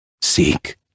Seek